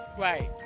Right